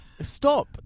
Stop